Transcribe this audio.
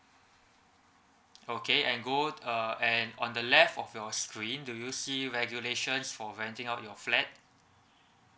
okay and go uh and on the left of your screen do you see regulations for renting out your flat